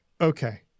okay